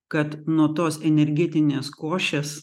kad nuo tos energetinės košės